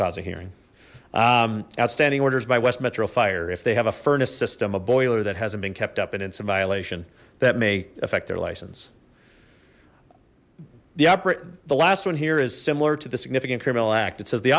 cause a hearing outstanding orders by west metro fire if they have a furnace system a boiler that hasn't been kept up in in some violation that may affect their license the operator the last one here is similar to the significant criminal act it says the